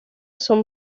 son